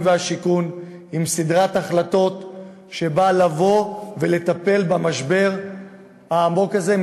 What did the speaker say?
והשיכון עם סדרת החלטות שבאה לטפל במשבר העמוק הזה,